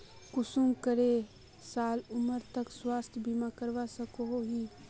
कुंसम करे साल उमर तक स्वास्थ्य बीमा करवा सकोहो ही?